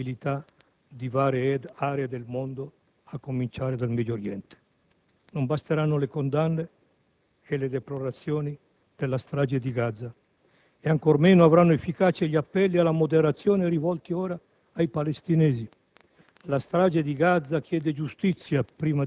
il problema del terrorismo e dell'instabilità di varie aree del mondo, a cominciare dal Medio Oriente. Non basteranno le condanne e le deplorazioni per la strage di Gaza, ancor meno avranno efficacia gli appelli alla moderazione rivolti ora ai palestinesi.